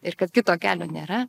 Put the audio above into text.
ir kad kito kelio nėra